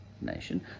nation